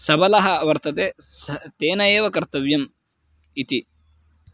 सबलः वर्तते सः तेन एव कर्तव्यम् इति